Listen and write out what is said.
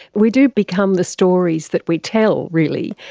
we do become the stories that we tell really,